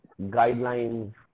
guidelines